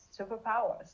superpowers